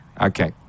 Okay